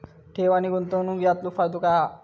ठेव आनी गुंतवणूक यातलो फरक काय हा?